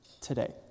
today